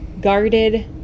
guarded